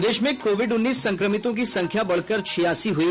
प्रदेश में कोविड उन्नीस संक्रमितों की संख्या बढ़कर छियासी हुई